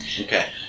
Okay